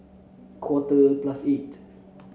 quarter plus eight